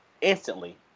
instantly